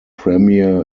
premier